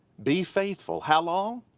be faithful, how long?